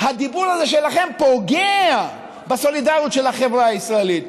הדיבור הזה שלכם פוגע בסולידריות של החברה הישראלית,